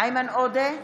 איימן עודה,